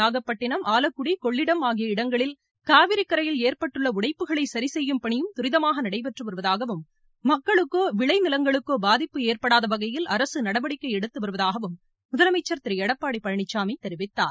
நாகப்பட்டினம் ஆலக்குடி கொள்ளிடம் ஆகிய இடங்களில் காவிரிக்கரையில் ஏற்பட்டுள்ள உடைப்புகளை சரிசெய்யும் பணியும் துரிதமாக நடைபெற்று வருவதாகவும் மக்களுக்கோ விளை நிலங்களுக்கோ பாதிப்பு ஏற்படாத வகையில் அரசு நடவடிக்கை எடுத்து வருவதாகவும் முதலமைச்சர் திரு எடப்பாடி பழனிசாமி தெரிவித்தார்